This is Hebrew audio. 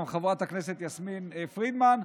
גם חברת הכנסת יסמין פרידמן,